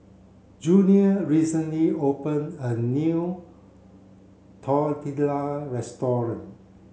Junior recently open a new Tortilla restaurant